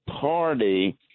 Party